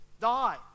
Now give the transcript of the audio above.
die